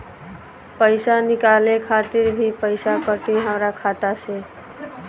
पईसा निकाले खातिर भी पईसा कटी हमरा खाता से?